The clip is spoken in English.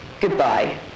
goodbye